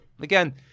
again